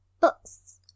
books